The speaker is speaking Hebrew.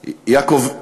יעקב,